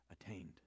attained